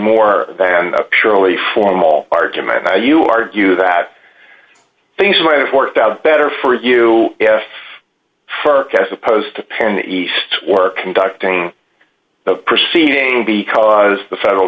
more than a purely formal argument now you argue that things might have worked out better for you for as opposed to penn east work conducting the proceeding be the federal